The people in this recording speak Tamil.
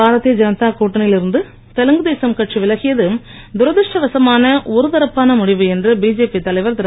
பாரதிய ஜனதா கூட்டணியில் இருந்து தெலுங்கு தேசம் கட்சி விலகியது துரதிருஷ்ட வசமான ஒருதரப்பான முடிவு என்று பிஜேபி தலைவர் திரு